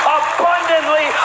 abundantly